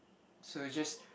so just